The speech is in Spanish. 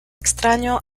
extraño